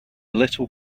little